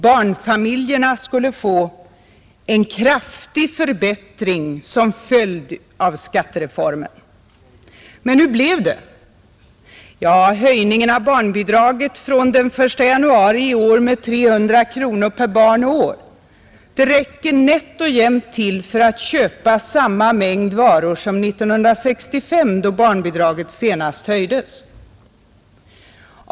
Barnfamiljerna skulle få en kraftig förbättring som följd av skattereformen. Men hur blev det? Ja, höjningen av barnbidraget från den 1 januari i år med 300 kronor per barn och år räcker nätt och jämnt till för att köpa samma mängd varor som 1965, då barnbidraget senast höjdes.